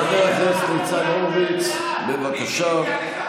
חבר הכנסת ניצן הורוביץ, בבקשה,